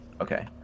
okay